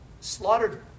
slaughtered